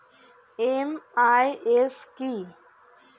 MIS কি?